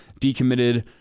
decommitted